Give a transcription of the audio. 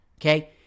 okay